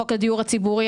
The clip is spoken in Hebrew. חוק הדיור הציבורי,